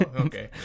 okay